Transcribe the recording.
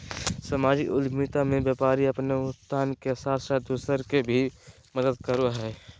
सामाजिक उद्द्मिता मे व्यापारी अपने उत्थान के साथ साथ दूसर के भी मदद करो हय